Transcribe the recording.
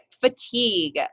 fatigue